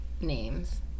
names